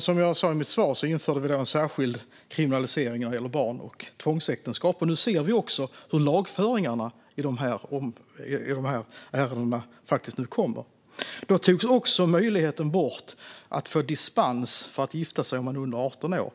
Som jag sa i mitt svar införde vi 2014 en särskild kriminalisering när det gäller barn och tvångsäktenskap, och nu ser vi också hur lagföringarna i dessa ärenden kommer. Då togs också möjligheten bort att få dispens för att gifta sig när man är under 18 år.